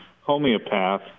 homeopath